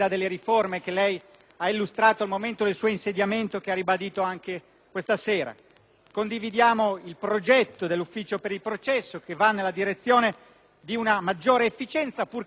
Condividiamo il progetto dell'ufficio per il processo, che va nella direzione di una maggiore efficienza, purché si inietti all'interno della burocrazia una nuova cultura manageriale orientata ai risultati.